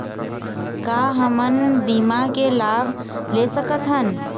का हमन बीमा के लाभ ले सकथन?